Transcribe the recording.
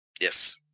Yes